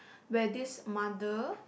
where this mother